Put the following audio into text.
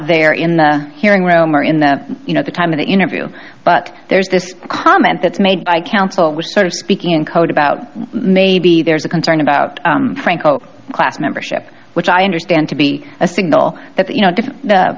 they are in the hearing room or in the you know the time of the interview but there's this comment that's made by counsel was sort of speaking in code about maybe there's a concern about franco class membership which i understand to be a signal that you know different